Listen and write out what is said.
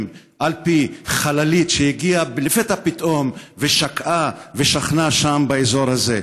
על ידי חללית שהגיעה לפתע פתאום ושקעה ושכנה שם באזור הזה.